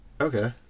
Okay